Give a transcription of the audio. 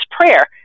prayer